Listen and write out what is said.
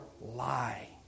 lie